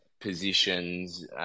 positions